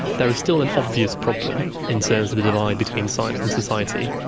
there is still an obvious problem in terms of the divide between science and society.